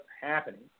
happening